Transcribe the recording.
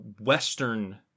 Western